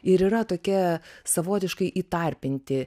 ir yra tokie savotiškai įtarpinti